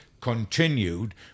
continued